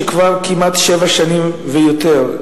של כמעט שבע שנים ויותר,